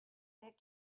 that